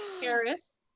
Paris